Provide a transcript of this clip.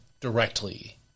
directly